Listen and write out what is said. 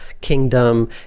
kingdom